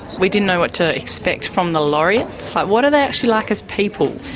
we didn't know what to expect from the laureates. like what are they actually like as people?